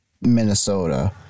Minnesota